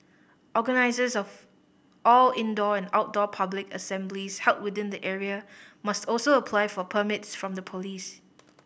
organisers of all indoor and outdoor public assemblies held within the area must also apply for permits from the police